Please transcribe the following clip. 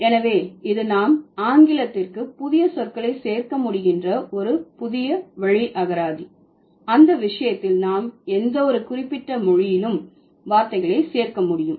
எனவே இது நாம் ஆங்கிலத்திற்கு புதிய சொற்களை சேர்க்க முடிகின்ற ஒரு புதிய வழி அகராதி அந்த விஷயத்தில் நாம் எந்த ஒரு குறிப்பிட்ட மொழியிலும் வார்த்தைகளை சேர்க்க முடியும்